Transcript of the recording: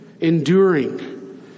enduring